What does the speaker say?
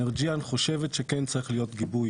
אנרג'יאן חושבת שכן צריך להיות גיבוי